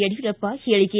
ಯಡಿಯೂರಪ್ಪ ಹೇಳಕೆ